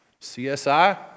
CSI